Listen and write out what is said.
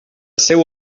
seu